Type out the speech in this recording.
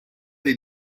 dei